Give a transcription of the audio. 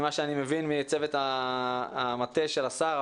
ממה שאני מבין מצוות המטה של השר,